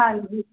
ਹਾਂਜੀ